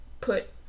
put